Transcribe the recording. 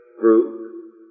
group